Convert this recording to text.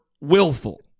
willful